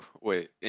wait